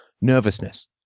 nervousness